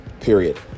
Period